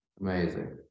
Amazing